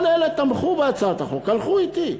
כל אלה תמכו בהצעת החוק, הלכו אתי.